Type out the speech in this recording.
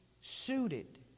suited